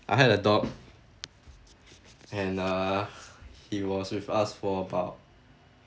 I had a dog and uh he was with us for about